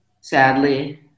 sadly